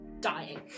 dying